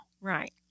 Right